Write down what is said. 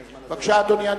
בבקשה, אדוני.